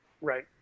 Right